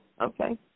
okay